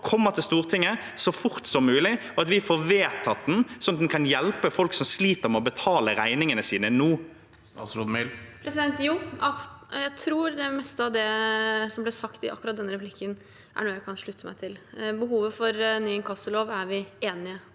kommer til Stortinget så fort som mulig, og at vi får vedtatt den, sånn at den kan hjelpe folk som sliter med å betale regningene sine nå? Statsråd Emilie Mehl Jo, jeg tror at det meste av det som ble sagt i denne replikken, er noe jeg kan slutte meg til. Behovet for ny inkassolov er vi enige